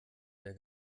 der